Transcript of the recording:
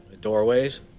Doorways